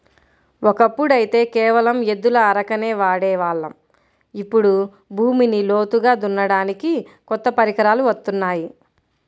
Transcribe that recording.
ఒకప్పుడైతే కేవలం ఎద్దుల అరకనే వాడే వాళ్ళం, ఇప్పుడు భూమిని లోతుగా దున్నడానికి కొత్త పరికరాలు వత్తున్నాయి